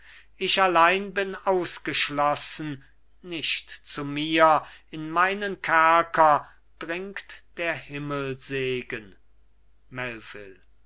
ich allein bin ausgeschlossen nicht zu mir in meinen kerker dringt der himmelsegen